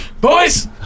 boys